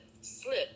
slip